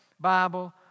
Bible